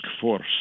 Force